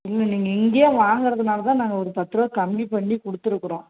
இன்னும் நீங்கள் இங்கேயே வாங்குறதுனால தான் நாங்கள் ஒரு பத்து ரூவா கம்மி பண்ணி கொடுத்துருக்குறோம்